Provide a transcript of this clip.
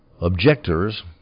objectors